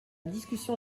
discussion